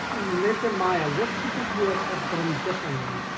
nick and maya, what could the us have done differently?